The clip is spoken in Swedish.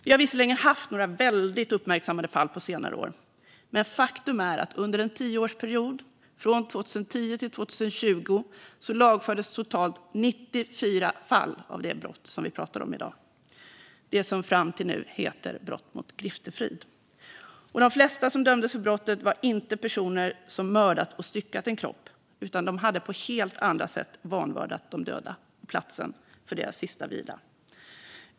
Vi har visserligen haft några väldigt uppmärksammade fall på senare år, men faktum är att under en tioårsperiod, från 2010 till 2020, lagfördes totalt 94 fall av det brott vi pratar om i dag, som fram till nu hetat brott mot griftefrid. De flesta som dömdes för brottet var inte personer som mördat och styckat en kropp, utan de hade på helt andra sätt vanvördat de döda och platsen för deras sista vila.